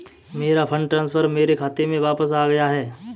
मेरा fund transfer मेरे खाते में वापस आ गया है